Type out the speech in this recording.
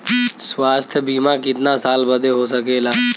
स्वास्थ्य बीमा कितना साल बदे हो सकेला?